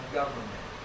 government